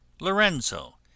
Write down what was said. Lorenzo